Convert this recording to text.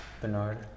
Bernard